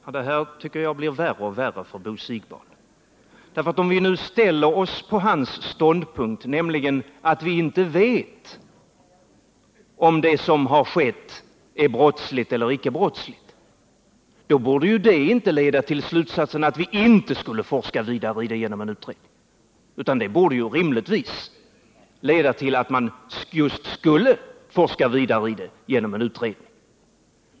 Herr talman! Det här tycker jag blir värre och värre för Bo Siegbahn. Om vi nu skulle inta hans ståndpunkt, nämligen att vi inte vet om det som har skett är brottsligt eller icke brottsligt, då borde ju det inte leda till slutsatsen att vi inte skulle forska vidare i det genom en utredning, utan det borde rimligtvis leda till att man just skulle forska vidare genom en utredning.